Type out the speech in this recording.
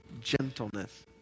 Gentleness